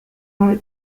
are